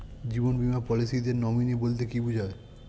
জীবন বীমা পলিসিতে নমিনি বলতে কি বুঝায়?